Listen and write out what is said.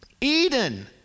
Eden